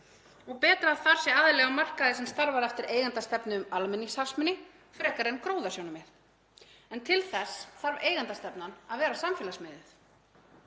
og betra að þar sé aðili á markaði sem starfar eftir eigendastefnu um almenningshagsmuni frekar en gróðasjónarmið. En til þess þarf eigendastefnan að vera samfélagsmiðuð.